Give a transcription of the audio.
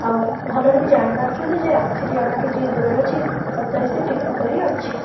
ଆଉ ଭଲରେ ବି ଜାଣିପାରୁଛନ୍ତି ଯେ ଏକ୍ଚୌଲି ଆମଠୁ ଯିଏ ଦୂରରେ ଅଛି ସତରେ ସେ କିପରି ଅଛି